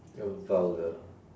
you're vulgar